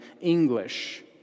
English